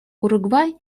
уругвай